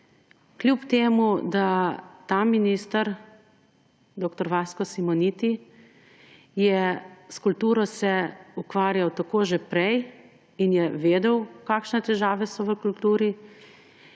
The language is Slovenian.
Kljub temu da se je ta minister, dr. Vasko Simoniti, s kulturo ukvarjal tako že prej in je vedel, kakšne težave so v kulturi,